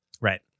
right